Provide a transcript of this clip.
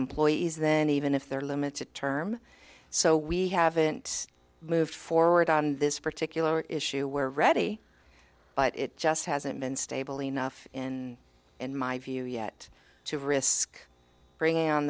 employees then even if there are limits to term so we haven't moved forward on this particular issue we're ready but it just hasn't been stable enough in in my view yet to risk bringing on